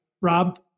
Rob